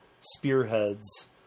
spearheads